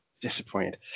Disappointed